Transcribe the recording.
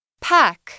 Pack